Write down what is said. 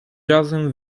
razem